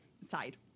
side